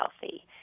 healthy